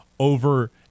over